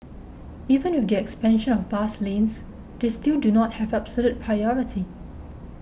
even with the expansion of bus lanes they still do not have absolute priority